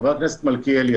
חבר הכנסת מלכיאלי,